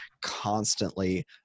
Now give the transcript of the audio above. constantly